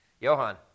Johan